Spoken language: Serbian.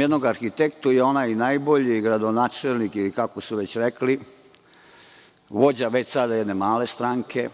jednog arhitektu i onaj najbolji gradonačelnik, ili kako su već rekli, vođa već sad jedne male stranke,